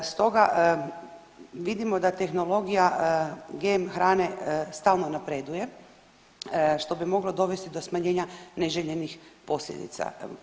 Stoga vidimo da tehnologija GM hrane stalno napreduje što bi moglo dovesti do smanjenja neželjenih posljedica.